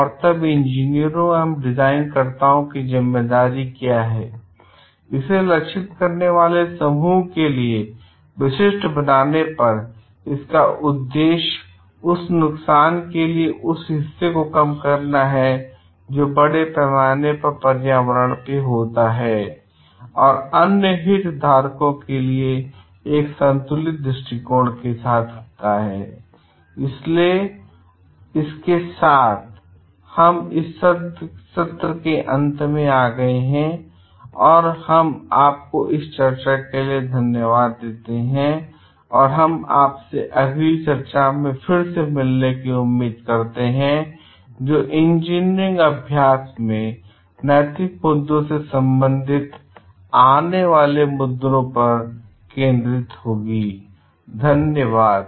और तब इंजीनियरों एवं डिजाइन कर्ताओं की ज़िम्मेदारी क्या है इसे लक्षित करने वाले समूह के लिए विशिष्ट बनाने पर एवं इसका उद्देश्य उस नुकसान के इस हिस्से को कम करना जो बड़े पैमाने पर पर्यावरण पर होता है और अन्य हितधारकों के लिए भी एक संतुलित दृष्टिकोण के साथ I इसलिए इसके साथ हम इस सत्र के अंत में आ गए और हम आपको इस चर्चा के लिए धन्यवाद देते हैं और हम आपसे अगली चर्चाओं में फिर से मिलने की उम्मीद करते हैं जो इंजीनियरिंग अभ्यास में नैतिक मुद्दों से संबंधित आने वाले मुद्दों पर केंद्रित होगी I धन्यवाद